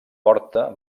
porta